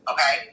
Okay